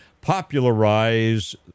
popularize